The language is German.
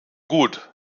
gut